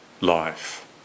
life